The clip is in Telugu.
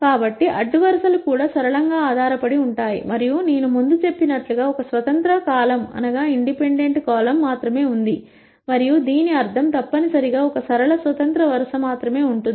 కాబట్టి అడ్డు వరుసలు కూడా సరళంగా ఆధారపడి ఉంటాయి మరియు నేను ముందు చెప్పినట్లుగా ఒక స్వతంత్ర కాలమ్ మాత్రమే ఉంది మరియు దీని అర్థం తప్పనిసరిగా ఒక సరళ స్వతంత్ర వరుస మాత్రమే ఉంటుంది